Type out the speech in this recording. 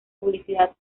publicidad